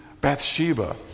Bathsheba